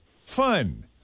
fun